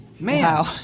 Man